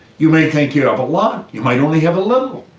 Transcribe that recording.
you may think you have a lot, you might only have a little.